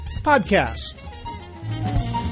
podcast